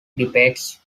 debates